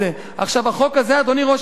אדוני ראש הממשלה,